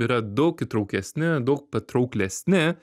yra daug įtraukesni daug patrauklesni